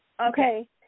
Okay